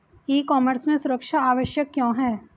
ई commerce में सुरक्षा आवश्यक क्यों है?